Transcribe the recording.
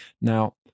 Now